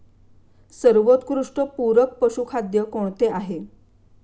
सर्वोत्कृष्ट पूरक पशुखाद्य कोणते आहे?